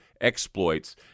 exploits